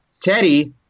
Teddy